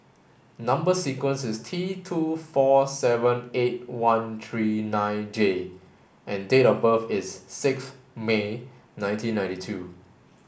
number sequence is T two four seven eight one three nine J and date of birth is six May nineteen ninety two